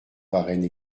varenne